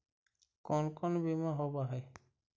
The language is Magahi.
कोन कोन बिमा होवय है?